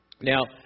Now